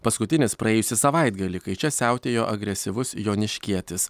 paskutinis praėjusį savaitgalį kai čia siautėjo agresyvus joniškietis